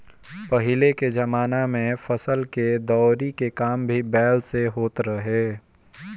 पहिले के जमाना में फसल के दवरी के काम भी बैल से होत रहे